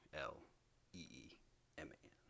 L-E-E-M-A-N